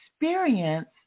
experience